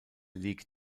league